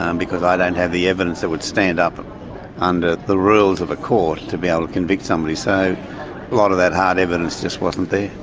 um because i don't have the evidence that would stand up under the rules of a court to be able to convict somebody. so a lot of that hard evidence just wasn't there.